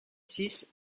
six